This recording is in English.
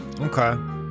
Okay